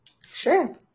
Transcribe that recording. Sure